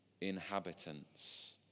inhabitants